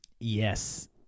Yes